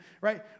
right